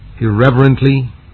Irreverently